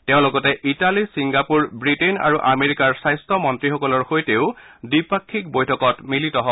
তেওঁ লগতে Italy Singapore Britain আৰু আমেৰিকাৰ স্বাস্থ্য মন্ত্ৰীসকলৰ সৈতেও দ্বিপাক্ষিক বৈঠকত মিলিত হয়